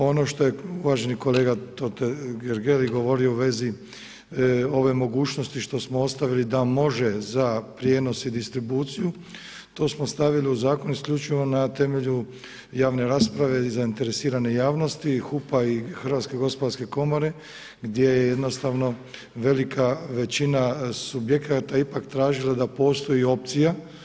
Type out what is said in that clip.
Ono što je uvaženi kolega Totgergeli govorio u vezi ove mogućnosti što smo ostavili da može za prijenos i distribuciju, to smo stavili u zakon isključivo na temelju javne rasprave i zainteresirane javnosti, HUP-a i HGK gdje jednostavno velika većina subjekata ipak tražila da postoji opcija.